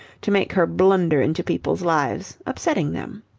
to make her blunder into people's lives, upsetting them.